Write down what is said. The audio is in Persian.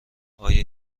آیا